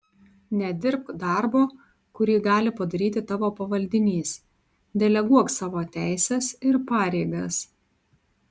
nedirbk darbo kurį gali padaryti tavo pavaldinys deleguok savo teises ir pareigas